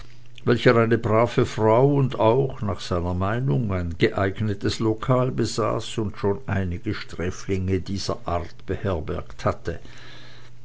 welcher eine brave frau und auch nach seiner meinung ein geeignetes lokal besaß und schon einige sträflinge dieser art beherbergt hatte